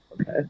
Okay